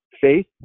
faith